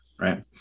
Right